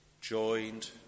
joined